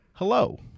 hello